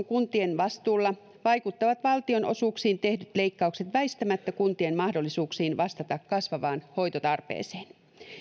kuntien vastuulla vaikuttavat valtionosuuksiin tehdyt leikkaukset väistämättä kuntien mahdollisuuksiin vastata kasvavaan hoitotarpeeseen